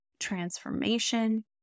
Transformation